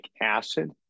acid